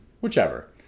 Whichever